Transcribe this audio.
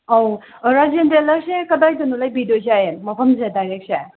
ꯑꯧ ꯔꯥꯖꯦꯟ ꯇꯦꯂꯔꯁꯦ ꯀꯗꯥꯏꯗꯅꯣ ꯂꯩꯕꯤꯗꯣꯏꯁꯦ ꯃꯐꯝꯁꯦ ꯗꯥꯏꯔꯦꯛꯁꯦ